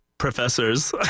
professors